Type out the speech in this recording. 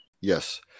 yes